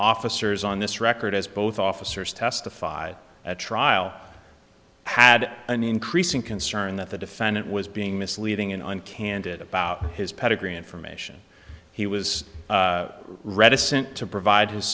officers on this record as both officers testify at trial had an increasing concern that the defendant was being misleading and candid about his pedigree information he was reticent to provide his